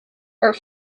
are